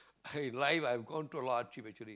I lie I gone through a lot of hardship actually